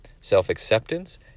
self-acceptance